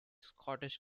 scottish